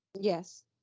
Yes